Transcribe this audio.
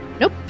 nope